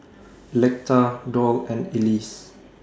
Electa Doll and Elease